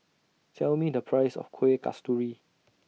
Tell Me The Price of Kueh Kasturi